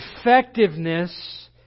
effectiveness